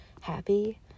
happy